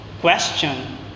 question